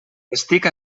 estic